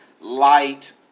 light